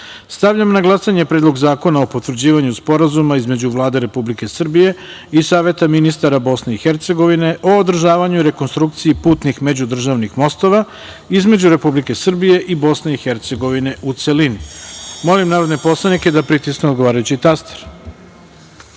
na glasanje Predlog zakona o potvrđivanju Sporazuma između Vlade Republike Srbije i Saveta ministara BiH o održavanju i rekonstrukciji putnih međudržavnih mostova između Republike Srbije i BiH, u celini. Molim narodne poslanike da pritisnu odgovarajući